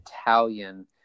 Italian